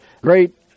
great